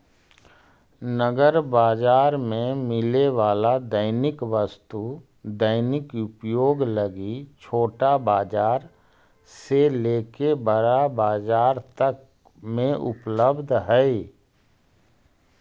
नगर बाजार में मिले वाला दैनिक वस्तु दैनिक उपयोग लगी छोटा बाजार से लेके बड़ा बाजार तक में उपलब्ध हई